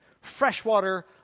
freshwater